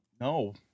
No